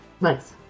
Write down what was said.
Nice